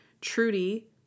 Trudy